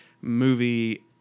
movie